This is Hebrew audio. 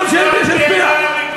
(קורע את הצעת החוק)